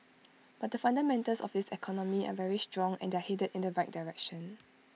but the fundamentals of this economy are very strong and they're headed in the right direction